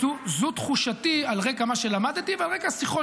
זו תחושתי על רקע מה שלמדתי ועל רקע שיחות